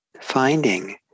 finding